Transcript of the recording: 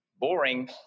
boring